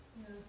Yes